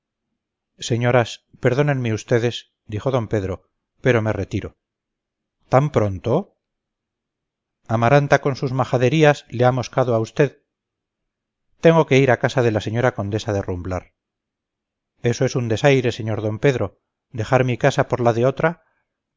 señoras perdónenme ustedes dijo don pedro pero me retiro tan pronto amaranta con sus majaderías le ha amoscado a usted tengo que ir a casa de la señora condesa de rumblar eso es un desaire sr d pedro dejar mi casa por la de otra